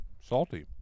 Salty